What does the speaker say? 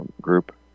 group